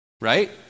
right